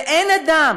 ואין אדם